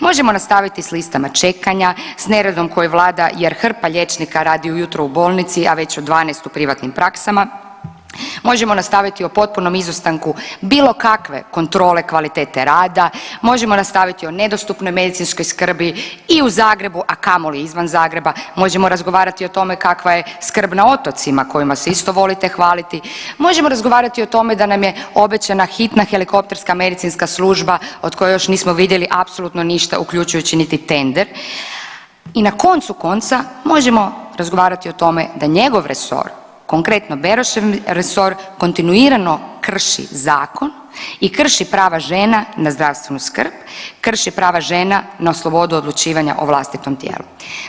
Možemo nastaviti s listama čekanja, s neredom koji vlada jer hrpa liječnika radi ujutro u bolnici, a već od 12 u privatnim praksama, možemo nastaviti o potpunom izostanku bilo kakve kontrole kvalitete rada, možemo nastaviti o nedostupnoj medicinskoj skrbi i u Zagrebu, a kamoli izvan Zagreba, možemo razgovarati o tome kakva je skrb na otocima, kojima se isto volite hvaliti, možemo razgovarati o tome da nam je obećana hitna helikopterska medicinska služba od koje još nismo vidjeli apsolutno ništa, uključuju niti tender i na koncu konca, možemo razgovarati o tome da njegov resor, konkretno, Berošev resor kontinuirano krši zakon i krši prava žena na zdravstvenu skrb, krši prava žena na slobodu odlučivanja o vlastitom tijelu.